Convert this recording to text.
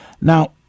Now